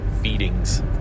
feedings